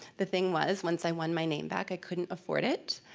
the thing was once i won my name back, i couldn't afford it,